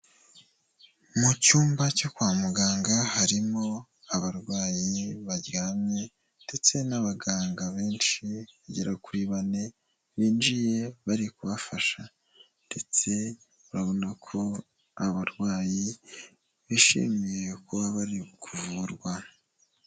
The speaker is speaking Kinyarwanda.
Mu cyumba cyo kwa muganga harimo abarwayi baryamye ndetse n'abaganga benshi bagera kuri bane, binjiye bari kubafasha ndetse ubona ko abarwayi bishimiye kuba bari kuvurwa.